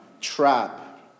trap